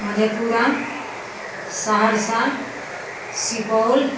Madhepura Saharsa Supaul